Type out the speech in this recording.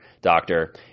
doctor